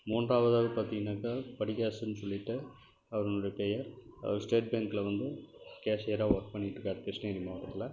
மூன்றாவதாக பார்த்தீங்கன்னாக்கா படிகாசுன்னு சொல்லிட்டு அவரினுடைய பெயர் அவர் ஸ்டேட் பேங்க்கில் வந்து கேஷியராக ஒர்க் பண்ணிகிட்டு இருக்கார் கிருஷ்ணகிரி மாவட்டத்தில்